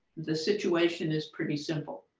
the situation is pretty simple.